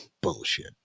bullshit